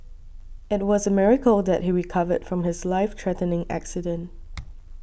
it was a miracle that he recovered from his life threatening accident